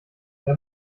der